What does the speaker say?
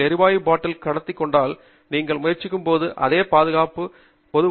நீங்கள் எரிவாயு பாட்டில் கடத்திக் கொண்டால் நீங்கள் முயற்சிக்கும் போது அதே பாதுகாப்பு இருக்கும்